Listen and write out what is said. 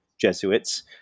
Jesuits